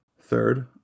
Third